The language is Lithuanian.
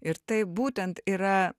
ir tai būtent yra